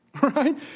right